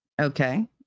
Okay